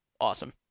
awesome